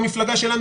במפלגה שלנו,